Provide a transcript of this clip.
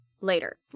later